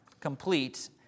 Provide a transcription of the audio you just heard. complete